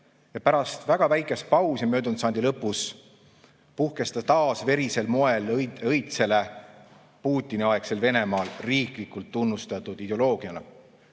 ja pärast väga väikest pausi möödunud sajandi lõpus puhkes ta taas verisemal moel õitsele Putini-aegsel Venemaal riiklikult tunnustatud ideoloogiana.